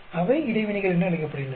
அவை இடைவினைகள் என்று அழைக்கப்படுகின்றன